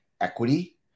equity